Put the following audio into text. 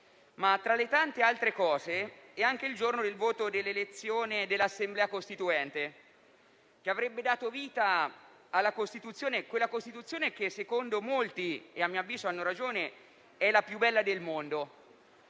- tra le tante altre cose - è anche il giorno del voto per l'elezione dell'Assemblea Costituente che ha poi dato vita alla Costituzione. Quella Costituzione che, secondo molti - e a mio avviso hanno ragione - è la più bella del mondo,